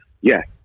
yes